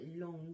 long